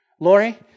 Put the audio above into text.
Lori